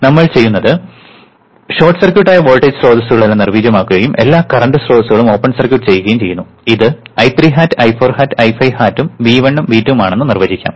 നമ്മൾ ചെയ്യുന്നത് ഷോർട്ട് സർക്യൂട്ടായ വോൾട്ടേജ് സ്രോതസ്സുകളെല്ലാം നിർജ്ജീവമാക്കുകയും എല്ലാ കറന്റ് സ്രോതസ്സുകളും ഓപ്പൺ സർക്യൂട്ട് ചെയ്യുകയും ചെയ്യുന്നു ഇത് I3 hat I4 hat I5 hat ഉം V1 ഉം V2 ഉം ആണെന്ന് നിർവചിക്കാം